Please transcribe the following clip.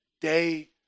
day